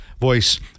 voice